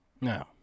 No